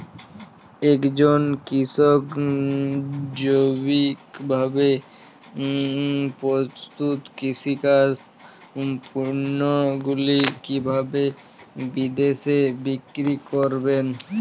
একজন কৃষক জৈবিকভাবে প্রস্তুত কৃষিজাত পণ্যগুলি কিভাবে বিদেশে বিক্রি করবেন?